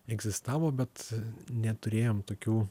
egzistavo bet neturėjom tokių